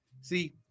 See